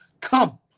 come